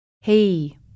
Hey